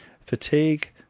fatigue